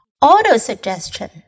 Auto-suggestion